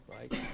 right